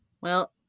Well-